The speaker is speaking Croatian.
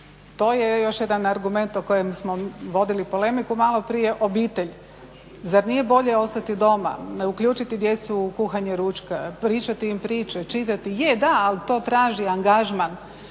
to je još jedan argument o kojem smo vodili polemiku maloprije, obitelj. Zar nije bolje ostati doma, uključiti djecu u kuhanje ručka, pričati im priče, čitati? Je, da, ali to traži angažman.